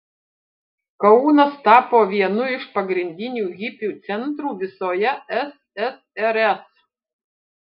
kaunas tapo vienu iš pagrindinių hipių centrų visoje ssrs